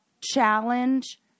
challenge